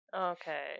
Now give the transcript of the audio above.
Okay